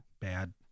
Bad